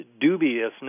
dubiousness